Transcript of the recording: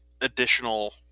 additional